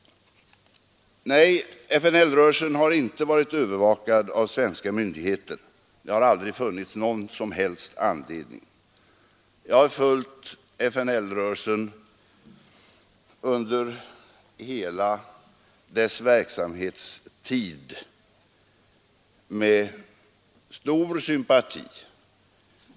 Nej, FNL-rörelsen har inte varit övervakad av svenska myndigheter — det har aldrig funnits någon som helst anledning till det. Jag har följt FNL-rörelsen under hela dess verksamhetstid med stor sympati.